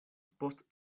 post